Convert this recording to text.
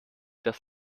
das